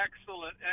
excellent